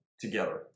together